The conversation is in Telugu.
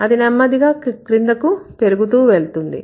అది నెమ్మదిగా క్రిందకు పెరుగుతూ వెళ్తుంది